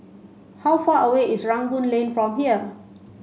how far away is Rangoon Lane from here